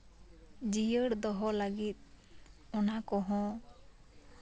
ᱡᱤᱭᱟᱹᱲ ᱫᱚᱦᱚ ᱞᱟᱹᱜᱤᱫ ᱚᱱᱟ ᱠᱚᱦᱚᱸ